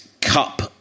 cup